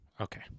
Okay